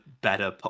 better